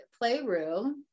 playroom